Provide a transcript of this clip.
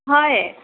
হয়